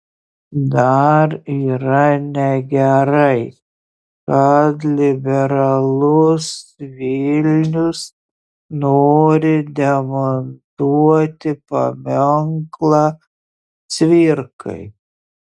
dar yra negerai kad liberalus vilnius nori demontuoti paminklą cvirkai